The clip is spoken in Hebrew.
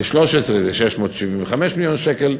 ל-2013 זה 675 מיליון שקלים.